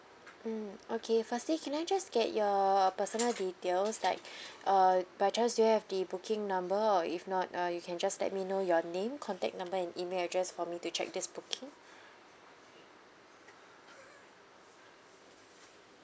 mm okay firstly can I just get your personal details like uh by chance do you have the booking number or if not uh you can just let me know your name contact number and email address for me to check this booking